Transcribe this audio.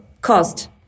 cost